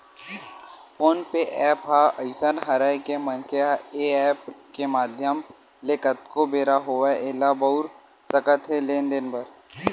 phone पे app ह अइसन हरय के मनखे ह ऐ ऐप के माधियम ले कतको बेरा होवय ऐला बउर सकत हे लेन देन बर